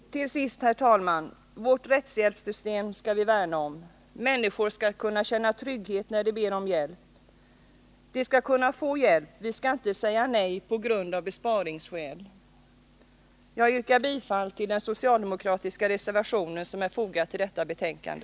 Till sist, herr talman! Vårt rättshjälpssystem skall vi värna om. Människor skall kunna känna trygghet när de ber om hjälp. De skall kunna få hjälp. Vi ska inte säga nej av besparingsskäl. Jag yrkar bifall till den socialdemokratiska reservation som är fogad till detta betänkande.